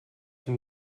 čím